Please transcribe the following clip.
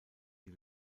die